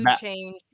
change